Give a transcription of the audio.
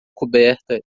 coberta